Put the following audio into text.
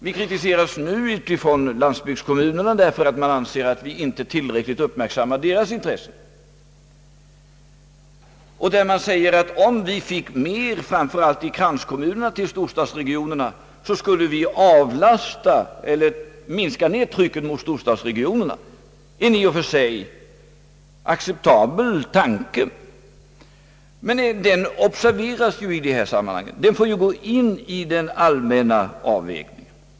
Vi kritiseras nu av landsbygdskommunerna som anser att vi inte tillräckligt uppmärksammar deras intressen och säger att om man får mera framför allt i kranskommunerna till storstadsregionerna kommer trycket mot storstadsregionerna att minskas eller avlastas. Detta är i och för sig en acceptabel tanke, men den bör ingå i den allmänna avvägningen.